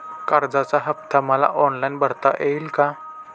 कर्जाचा हफ्ता मला ऑनलाईन भरता येईल का?